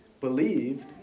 believed